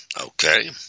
okay